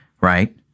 right